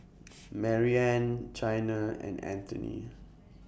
Mariann Chyna and Anthoney